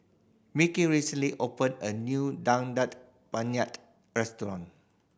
Mickie recently opened a new Daging Penyet restaurant